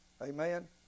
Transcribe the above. Amen